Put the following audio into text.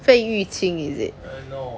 fei yu chin is it